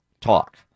talk